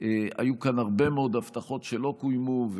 היו כאן הרבה מאוד הבטחות שלא קוימו,